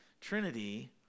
trinity